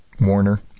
Warner